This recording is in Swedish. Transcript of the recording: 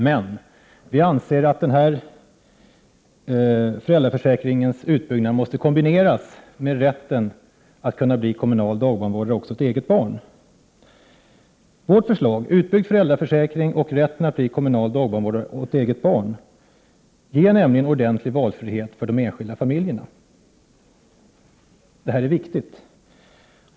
Men vi anser att utbyggnaden av föräldraförsäkringen måste kombineras med rätten för en förälder att bli kommunal dagbarnvårdare åt de egna barnen. Vårt förslag, utbyggd föräldraförsäkring och rätt att bli kommunal dagbarnvårdare åt egna barn, ger nämligen ordentlig valfrihet för de enskilda familjerna. Det här är viktigt.